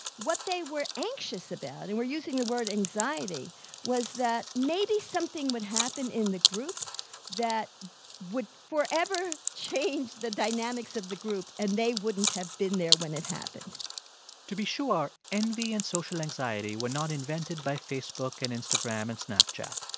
what they were anxious about and we're using the word anxiety was that maybe something would happen in the group that would forever change the dynamics of the group, and they wouldn't have been there when it happened to be sure, envy and social anxiety were not invented by facebook and instagram and snapchat,